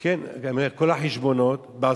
את כל החשבונות, לא אחד.